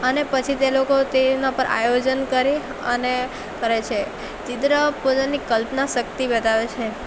અને પછી તે લોકો તેનાં પર આયોજન કરી અને કરે છે ચિત્ર પોતાની કલ્પના શક્તિ બતાવે છે